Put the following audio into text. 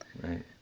right